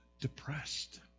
depressed